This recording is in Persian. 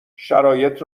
شرایط